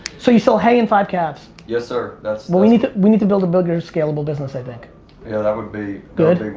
so you sell hay and five calves. yes sir, that's well, we need we need to build a bigger, scalable business i think. yeah that would be, good?